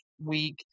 week